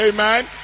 Amen